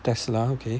Tesla okay